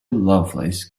lovelace